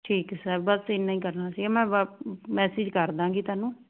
ਠੀਕ ਹੈ ਸਰ ਬਸ ਇੰਨਾ ਹੀ ਕਰਨਾ ਸੀਗਾ ਮੈਂ ਵਾ ਮੈਸੇਜ ਕਰ ਦਾਂਗੀ ਤੁਹਾਨੂੰ